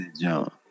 jump